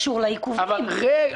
תראו, רב-קו יו"ש